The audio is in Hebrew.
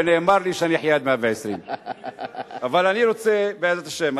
ונאמר לי שאני אחיה עד 120. בעזרת השם.